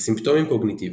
וסימפטומים קוגניטיביים.